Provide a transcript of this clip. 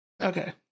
Okay